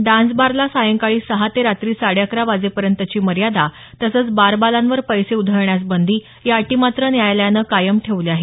dance बारला सायंकाळी सहा ते रात्री साडे अकरा वाजेपर्यंतची मर्यादा तसंच डान्सगर्लवर पैसे उधळण्यास बंदी या अटी मात्र न्यायालयानं कायम ठेवल्या आहेत